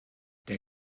der